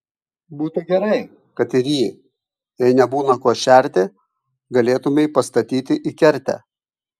būtų gerai kad ir jį jei nebūna kuo šerti galėtumei pastatyti į kertę